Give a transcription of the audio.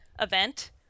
event